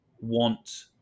want